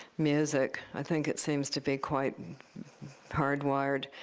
music, i think it seems to be quite hardwired.